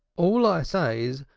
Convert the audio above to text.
all i say is,